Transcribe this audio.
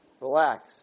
relax